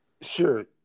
Sure